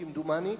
כמדומני,